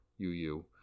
UU